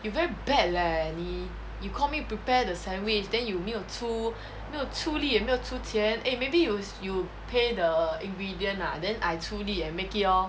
you very bad leh 你 you call me prepare the sandwich then you 没有出没有出力也没有出钱 eh maybe you you pay the ingredient ah then I 出力 and make it lor